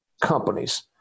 companies